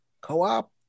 Co-op